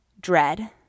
dread